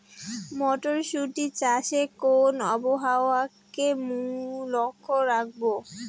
মটরশুটি চাষে কোন আবহাওয়াকে লক্ষ্য রাখবো?